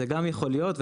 זה גם יכול להיות,